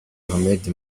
ahmed